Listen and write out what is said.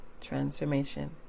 transformation